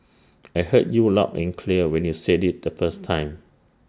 I heard you loud and clear when you said IT the first time